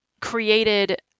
created